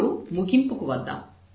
ఇప్పుడు ముగింపు కు వద్దాం